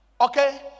okay